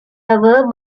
war